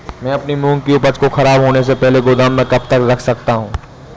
मैं अपनी मूंग की उपज को ख़राब होने से पहले गोदाम में कब तक रख सकता हूँ?